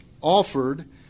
offered